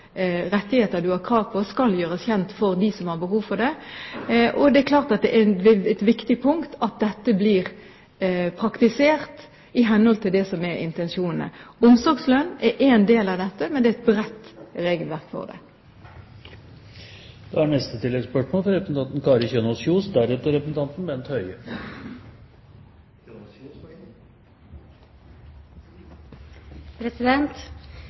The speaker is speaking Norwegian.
rettigheter man har krav på. Det er klart det er viktig at dette blir praktisert i henhold til det som er intensjonene. Omsorgslønn er én del av dette, men det er et bredt regelverk for